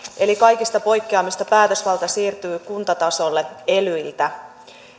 eli kaikista poikkeamista päätösvalta siirtyy kuntatasolle elyiltä